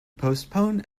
postpone